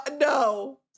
no